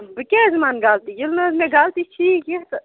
بہٕ کیٛاز مانہٕ غلطی ییٚلہِ نہٕ حظ مےٚ غلطی چھی کیٚنٛہہ تہٕ